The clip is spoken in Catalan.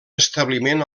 establiment